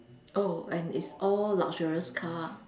oh and it's all luxurious car